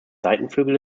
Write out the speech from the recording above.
seitenflügel